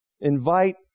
invite